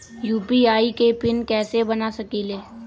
UPI के PIN कैसे बना सकीले?